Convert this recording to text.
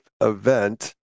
event